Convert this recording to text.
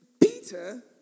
Peter